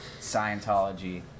Scientology